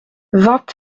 vingt